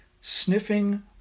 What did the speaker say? sniffing